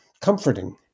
comforting